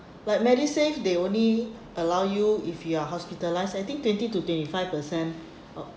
but MediSave they only allow you if you're hospitalised I think twenty to twenty five percent